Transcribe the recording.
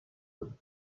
would